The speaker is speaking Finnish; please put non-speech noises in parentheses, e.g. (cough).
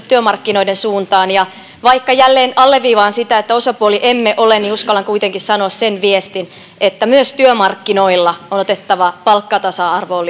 (unintelligible) työmarkkinoiden suuntaan ja vaikka jälleen alleviivaan sitä että osapuoli emme ole uskallan kuitenkin sanoa sen viestin että myös työmarkkinoilla on otettava palkkatasa arvoon (unintelligible)